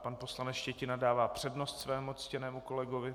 Pan poslanec Štětina dává přednost svému ctěnému kolegovi.